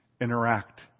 interact